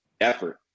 effort